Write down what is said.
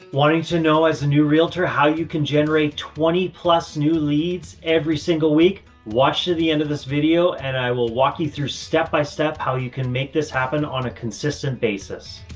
wanting to know as a new realtor how you can generate twenty plus new leads every single week. watch to the end of this video and i will walk you through step by step how you can make this happen on a consistent basis.